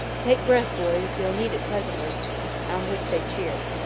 take breath, boys you'll need it presently on which they cheered.